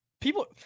people